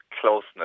closeness